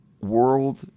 world